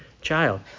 child